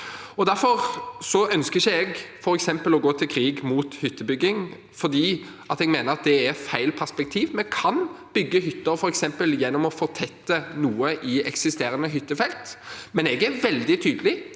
Derfor ønsker jeg f.eks. ikke å gå til krig mot hyttebygging, for jeg mener at det er feil perspektiv. Vi kan bygge hytter, f.eks. gjennom å fortette noe i eksisterende hyttefelt. Men jeg er veldig tydelig